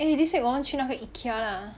eh this week 我们去那个 ikea lah